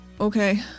Okay